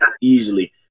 easily